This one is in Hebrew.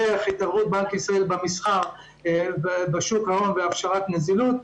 דרך התערבות בנק ישראל במסחר בשוק ההון והכשרת נזילות,